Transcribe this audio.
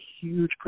huge